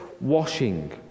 washing